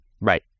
right